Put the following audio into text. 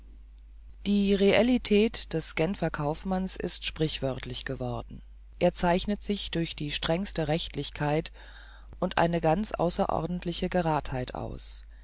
die reellität des genfer kaufmanns ist sprichwörtlich geworden er zeichnet sich durch die strengste rechtlichkeit und eine ganz außerordentliche geradheit aus